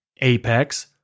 Apex